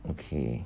okay